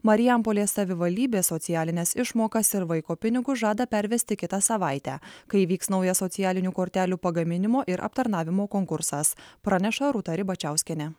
marijampolės savivaldybės socialines išmokas ir vaiko pinigus žada pervesti kitą savaitę kai įvyks naujas socialinių kortelių pagaminimo ir aptarnavimo konkursas praneša rūta ribačiauskienė